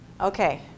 okay